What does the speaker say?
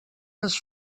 les